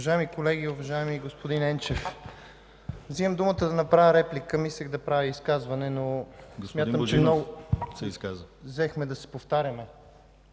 Вземам думата, за да направя реплика. Мислех да правя изказване, но смятам, че много взехме да се повтаряме.